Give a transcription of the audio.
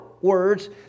words